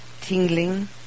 tingling